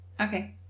Okay